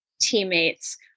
teammates